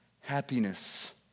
happiness